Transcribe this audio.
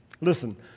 Listen